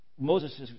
Moses